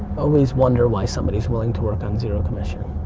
always wonder why somebody is willing to work on zero commission.